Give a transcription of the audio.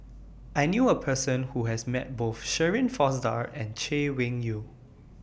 I knew A Person Who has Met Both Shirin Fozdar and Chay Weng Yew